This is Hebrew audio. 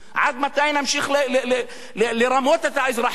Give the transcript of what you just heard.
עד מתי נמשיך לרמות את האזרחים?